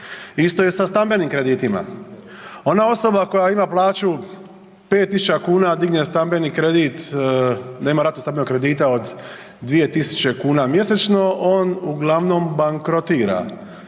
Isto je sa stambenim kreditima. Ona osoba koja ima plaću 5.000 kuna a digne stambeni kredit da ima ratu stambenog kredita od 2.000 kuna mjesečno on uglavnom bankrotira,